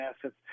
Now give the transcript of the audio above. assets